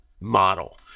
model